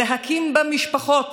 להקים בה משפחות